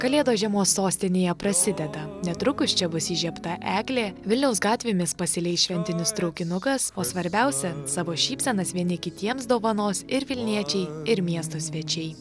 kalėdos žiemos sostinėje prasideda netrukus čia bus įžiebta eglė vilniaus gatvėmis pasileis šventinis traukinukas o svarbiausia savo šypsenas vieni kitiems dovanos ir vilniečiai ir miesto svečiai